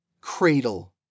Cradle